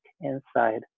inside